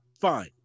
fine